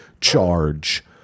Charge